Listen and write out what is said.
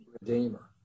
Redeemer